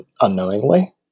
unknowingly